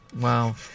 wow